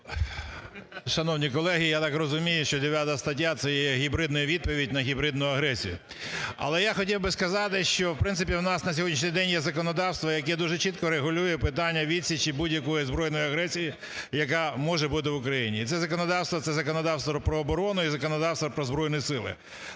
Шановні колеги, я так розумію, що 9 стаття – це є гібридна відповідь на гібридну агресію. Але я хотів би сказати, що, в принципі, у нас на сьогоднішній день є законодавство, яке дуже чітко регулює питання відсічі будь-якої збройної агресії, яка може бути в Україні. І це законодавство – це законодавство про оборону і